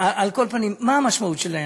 על כל פנים, מה המשמעות של העניין?